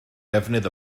defnydd